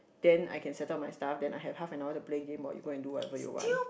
then I can settle my stuff then I have half an hour to play game while you go and do whatever you want